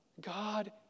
God